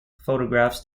photographs